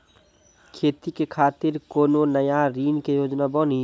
खेती के खातिर कोनो नया ऋण के योजना बानी?